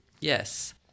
Yes